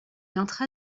entra